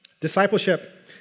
Discipleship